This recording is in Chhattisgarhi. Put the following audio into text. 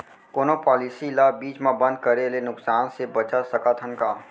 कोनो पॉलिसी ला बीच मा बंद करे ले नुकसान से बचत सकत हन का?